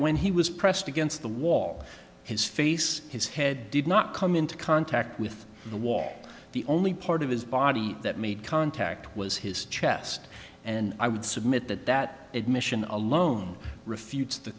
when he was pressed against the wall his face his head did not come into contact with the wall the only part of his body that made contact was his chest and i would submit that that admission of alone refutes t